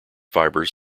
fibres